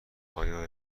آیا